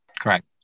Correct